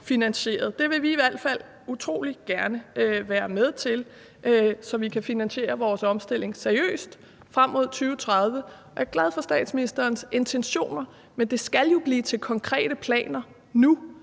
Det vil vi i hvert fald utrolig gerne være med til, så vi kan finansiere vores omstilling seriøst frem mod 2030. Jeg er glad for statsministerens intentioner, men det skal jo blive til konkrete planer nu,